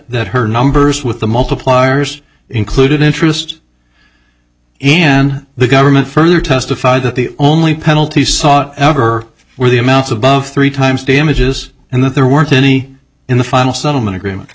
that her numbers with the multipliers included interest and the government further testified that the only penalty sought ever were the amounts above three times damages and that there weren't any in the final settlement agreement